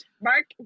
Mark